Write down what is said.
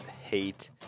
hate